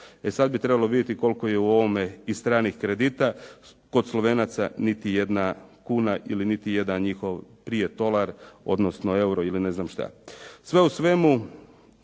E sad bi trebalo vidjeti koliko je u ovome i stranih kredita. Kod Slovenaca niti jedna kuna ili niti jedan njihov prije tolar odnosno euro ili ne znam šta. Sve u svemu,